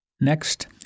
Next